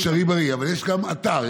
אפשריבריא, אבל יש גם אתר.